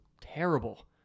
terrible